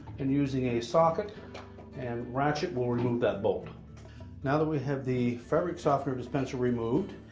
and using a socket and ratchet we'll remove that bolt now that we have the fabric softener dispenser removed,